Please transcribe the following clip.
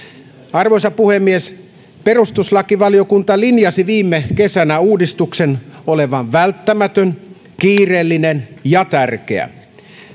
arvoisa puhemies perustuslakivaliokunta linjasi viime kesänä uudistuksen olevan välttämätön kiireellinen ja tärkeä